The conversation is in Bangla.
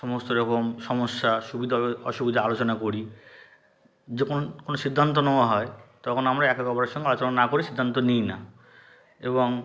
সমস্ত রকম সমস্যা সুবিধা অসুবিধা আলোচনা করি যখন কোনো সিদ্ধান্ত নোওয়া হয় তখন আমরা একে অপরের সঙ্গে আলোচনা না করে সিদ্ধান্ত নিই না এবং